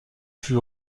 fut